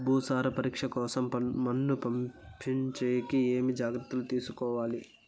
భూసార పరీక్ష కోసం మన్ను పంపించేకి ఏమి జాగ్రత్తలు తీసుకోవాలి?